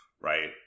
right